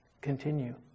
continue